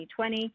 2020